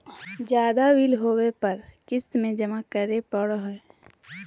ज्यादा बिल होबो पर क़िस्त में जमा करे पड़ो हइ